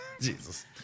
Jesus